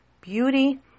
beauty